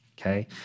okay